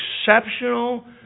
exceptional